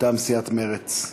מטעם סיעת מרצ.